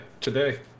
today